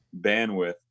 bandwidth